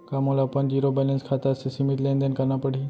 का मोला अपन जीरो बैलेंस खाता से सीमित लेनदेन करना पड़हि?